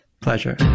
pleasure